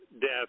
death